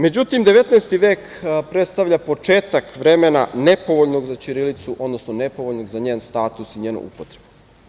Međutim, 19. vek predstavlja početak vremena nepovoljnog za ćirilicu, odnosno nepovoljnog za njen status i njenu upotrebu.